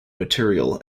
material